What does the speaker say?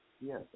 Yes